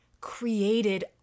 created